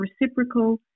reciprocal